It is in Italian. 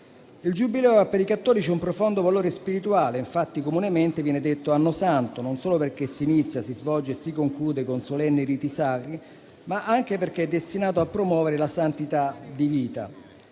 Il Giubileo ha per i cattolici un profondo valore spirituale: infatti comunemente viene detto "anno Santo", non solo perché inizia, si svolge e si conclude con solenni riti sacri, ma anche perché è destinato a promuovere la santità di vita.